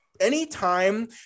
Anytime